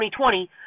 2020